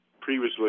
previously